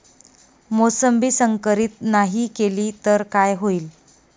मोसंबी संकरित नाही केली तर काय होईल?